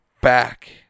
back